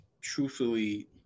truthfully